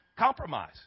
compromise